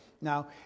Now